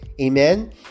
Amen